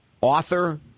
author